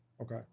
Okay